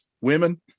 Women